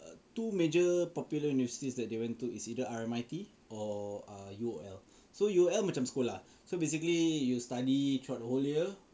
two major popular universities that they went to is either R_M_I_T or eh U_O_L so U_O_L macam sekolah so basically you study throughout the whole year